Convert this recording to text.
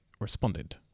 responded